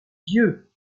dieu